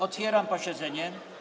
Otwieram posiedzenie.